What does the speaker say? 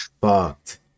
fucked